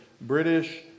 British